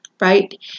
right